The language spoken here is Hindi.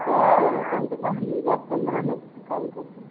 हाँ हाँ कम से कम दस पंद्रह लोग काम करते हैं